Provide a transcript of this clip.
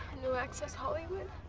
no access hollywood?